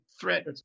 threat